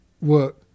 work